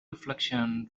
reflection